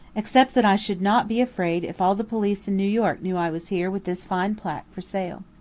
except that i should not be afraid if all the police in new york knew i was here with this fine placque for sale.